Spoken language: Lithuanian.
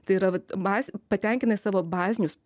tai yra vat bazė patenkinai savo bazinius